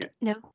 no